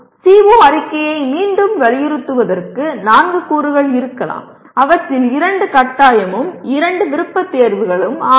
CO அறிக்கையை மீண்டும் வலியுறுத்துவதற்கு நான்கு கூறுகள் இருக்கலாம் அவற்றில் இரண்டு கட்டாயமும் இரண்டு விருப்பத்தேர்வுகளும் ஆகும்